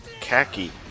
khaki